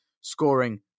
scoring